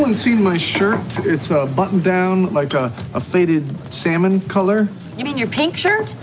and seen my shirt? it's a button-down, like a faded salmon color you mean your pink shirt?